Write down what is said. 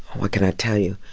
what can i tell you?